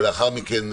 ולאחר מכן,